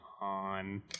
on